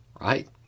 Right